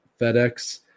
FedEx